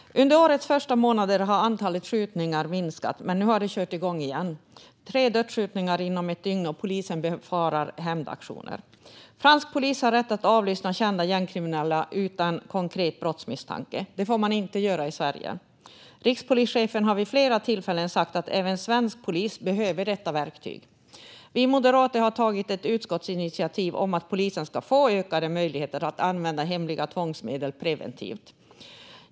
Fru talman! Under årets första månader har antalet skjutningar minskat, men nu har de kört igång igen: tre dödsskjutningar inom loppet av ett dygn, och polisen befarar hämndaktioner. Fransk polis har rätt att avlyssna kända gängkriminella utan konkret brottsmisstanke. Det får polisen inte göra i Sverige. Rikspolischefen har vid flera tillfällen sagt att även svensk polis behöver detta verktyg. Vi moderater har tagit ett utskottsinitiativ om att polisen ska få ökade möjligheter att använda hemliga tvångsmedel preventivt.